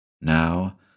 Now